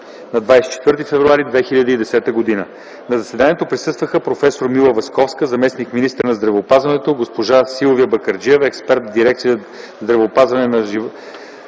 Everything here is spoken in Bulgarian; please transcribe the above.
на 24 февруари 2010 г. На заседанието присъстваха проф. Мила Власковска – заместник-министър на здравеопазването, госпожа Силвия Бакърджиева – експерт в дирекция „Здравеопазване на животните